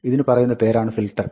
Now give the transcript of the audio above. ഇതിന് പറയുന്ന പേരാണ് ഫിൽട്ടർ